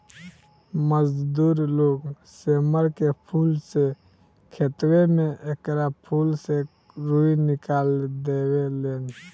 मजदूर लोग सेमर के फूल से खेतवे में एकरा फूल से रूई निकाल देवे लेन